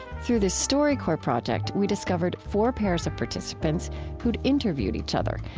through the storycorps project, we discovered four pairs of participants who'd interviewed each other.